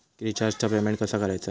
रिचार्जचा पेमेंट कसा करायचा?